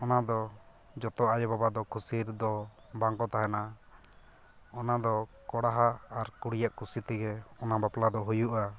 ᱚᱱᱟ ᱫᱚ ᱡᱚᱛᱚ ᱟᱭᱳᱼᱵᱟᱵᱟ ᱫᱚ ᱠᱩᱥᱤ ᱨᱮᱫᱚ ᱵᱟᱝᱠᱚ ᱛᱟᱦᱮᱱᱟ ᱚᱱᱟᱫᱚ ᱠᱚᱲᱟ ᱟᱨ ᱠᱩᱲᱤᱭᱟᱜ ᱠᱩᱥᱤᱛᱮᱜᱮ ᱚᱱᱟ ᱵᱟᱯᱞᱟᱫᱚ ᱦᱩᱭᱩᱜᱼᱟ